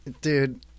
Dude